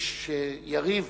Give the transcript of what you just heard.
איש יריב